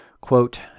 quote